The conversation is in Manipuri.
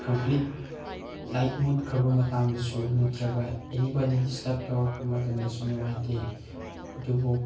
ꯀꯝꯄ꯭ꯂꯤꯠ ꯂꯥꯏꯠ ꯃꯨꯠꯈ꯭ꯔꯕ ꯃꯇꯥꯡꯗꯁꯨ ꯅꯠꯇ꯭ꯔꯒ ꯑꯦꯅꯤꯕꯣꯗꯤ ꯗꯤꯁꯇ꯭ꯔꯞ ꯇꯧꯔꯛꯄ ꯃꯇꯝꯗꯁꯨ ꯅꯨꯡꯉꯥꯏꯇꯦ ꯑꯗꯨꯕꯨ